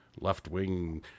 left-wing